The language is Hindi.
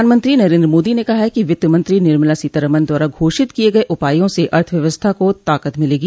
प्रधानमंत्री नरेन्द्र मोदी ने कहा है कि वित्त मंत्री निर्मला सीतारमन द्वारा घोषित किए गए उपायों से अर्थव्यवस्था को ताकत मिलेगी